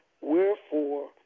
wherefore